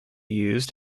used